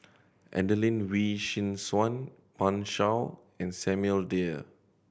Adelene Wee Chin Suan Pan Shou and Samuel Dyer